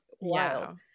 wild